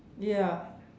ya